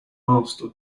master